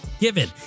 given